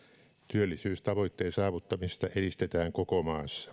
työllisyystavoitteen saavuttamista edistetään koko maassa